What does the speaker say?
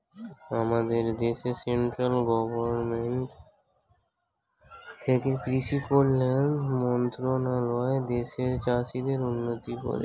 আমাদের দেশে central government থেকে কৃষি কল্যাণ মন্ত্রণালয় দেশের চাষীদের উন্নতি করে